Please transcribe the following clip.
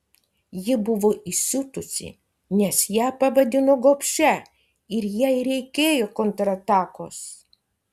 ji buvo įsiutusi nes ją pavadino gobšia ir jai reikėjo kontratakos